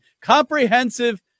comprehensive